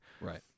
Right